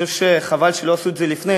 אני חושב שחבל שלא עשו את זה קודם,